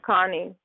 Connie